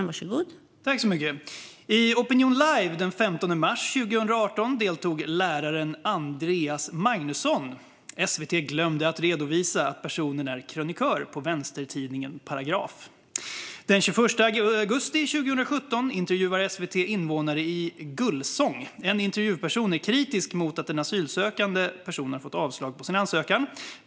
Fru talman! I Opinion live den 15 mars 2018 deltog läraren Andreas Magnusson. SVT glömde redovisa att personen är krönikör på vänstertidningen Paragraf. Den 21 augusti 2017 intervjuade SVT invånare i Gullsång. En intervjuperson är kritisk mot att en asylsökande person fått avslag på sin ansökan.